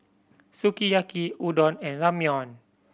Sukiyaki Udon and Ramyeon